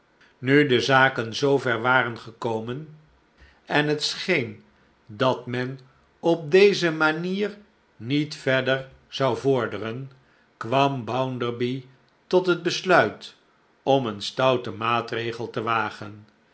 nu de zaken zoover waren gekomen en het scheen dat men op deze manier niet verder zou vorderen kwam bounderby tot het besluit om een stouten maatregel te wagen